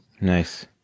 nice